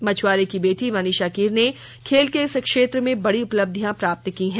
मछुआरे की बेटी मनीषा कीर ने खेल के इस क्षेत्र में बड़ी उपलक्षियां प्राप्त की हैं